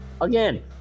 Again